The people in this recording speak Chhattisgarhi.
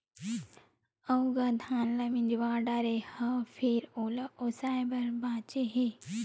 अउ गा धान ल मिजवा डारे हव फेर ओला ओसाय बर बाचे हे